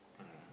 mm